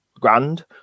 grand